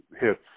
hits